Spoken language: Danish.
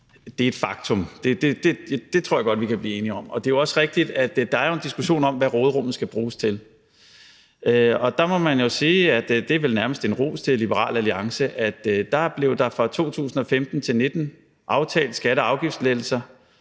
Det er et faktum; det tror jeg godt vi kan blive enige om. Det er jo også rigtigt, at der er en diskussion, hvad råderummet skal bruges til. Og der må man jo sige, og det er vel nærmest en ros til Liberal Alliance, at der fra 2015 til 2019 blev aftalt skatte- og afgiftslettelser,